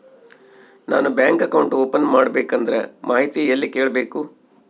ನಾನು bank account open ಮಾಡಬೇಕಂದ್ರ ಮಾಹಿತಿ ಎಲ್ಲಿ ಕೇಳಬೇಕು?